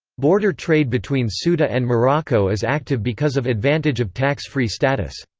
border trade between so ceuta and morocco is active because of advantage of tax-free status.